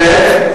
ב.